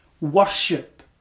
worship